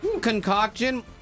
concoction